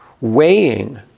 Weighing